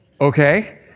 Okay